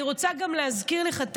אני רוצה גם להזכיר לך,